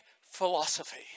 philosophy